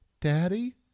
Daddy